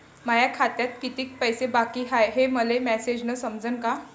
माया खात्यात कितीक पैसे बाकी हाय हे मले मॅसेजन समजनं का?